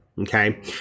Okay